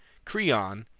creon,